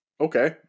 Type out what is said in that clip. Okay